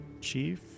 Chief